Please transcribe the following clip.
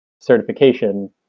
certification